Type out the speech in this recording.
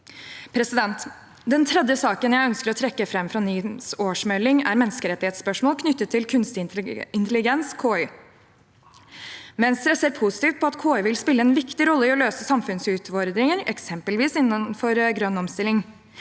Den tredje saken jeg ønsker å trekke fram fra NIMs årsmelding, er menneskerettighetsspørsmål knyttet til kunstig intelligens, KI. Venstre ser positivt på at KI vil spille en viktig rolle i å løse samfunnsutfordringer, eksempelvis innenfor grønn omstilling.